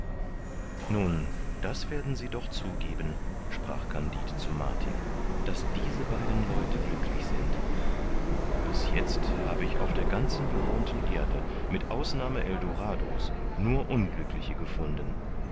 nun das werden sie doch zugeben sprach kandid zu martin daß diese beiden leute glücklich sind bis jetzt hab ich auf der ganzen bewohnten erde mit ausnahme eldorado's nur unglückliche gefunden